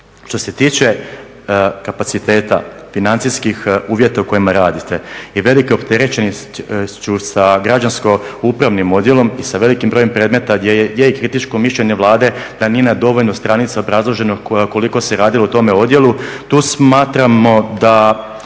Što se tiče kapaciteta, financijskih uvjeta u kojima raditi i velikom opterećenošću sa građansko upravnim odjelom i sa velikim brojem predmeta gdje je kritičko mišljenje Vlade da nije na dovoljno stranica obrazloženo koliko se radilo u tome odjelu.